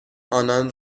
آنان